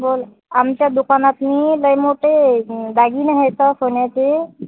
बोल आमच्या दुकानात लय मोठे दागिने आहेत सोन्याचे